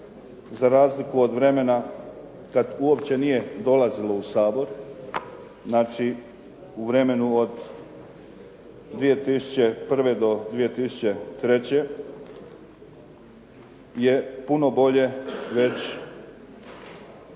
za razliku od vremena kada uopće nije dolazilo u Sabor, znači u vremenu od 2001. do 2003. je puno bolje već